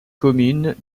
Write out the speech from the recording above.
commune